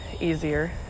easier